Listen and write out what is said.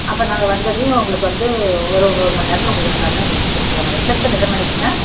அப்புறம் நாங்கள் வந்ததும் உங்களுக்கு வந்து ஒரு ஒரு ஒரு மணி நேரத்தில் உங்களுக்கு எல்லாமே முடித்து கொடுத்துருவேங்க ரிசப்ஷன் எத்தனை மணிக்குங்க